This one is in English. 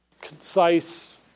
concise